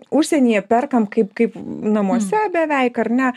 užsienyje perkam kaip kaip namuose beveik ar ne